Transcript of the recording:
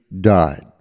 died